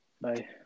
bye